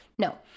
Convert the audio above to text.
No